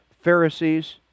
Pharisees